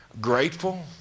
grateful